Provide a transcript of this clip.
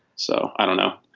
so i don't know